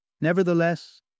Nevertheless